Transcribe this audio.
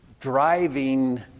driving